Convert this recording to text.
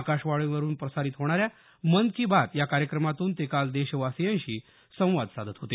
आकाशवाणीवरुन प्रसारित होणाऱ्या मन की बात या कार्यक्रमातून ते काल देशवासियांशी संवाद साधत होते